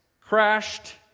crashed